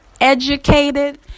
educated